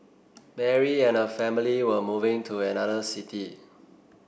Mary and her family were moving to another city